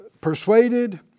Persuaded